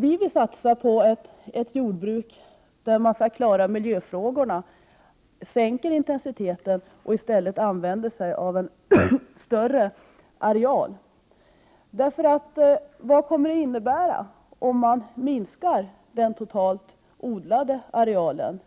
Vi vill satsa på ett jordbruk där man klarar miljöfrågorna, sänker intensiteten och i stället använder sig av en större areal. För vad kommer det att innebära om man minskar den totala odlade arealen